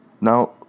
Now